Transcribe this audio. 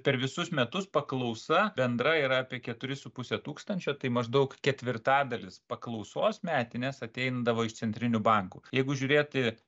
per visus metus paklausa bendra yra apie keturi su puse tūkstančio tai maždaug ketvirtadalis paklausos metinės ateidavo iš centrinių bankų jeigu žiūrėti